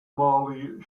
marley